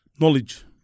Knowledge